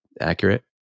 Accurate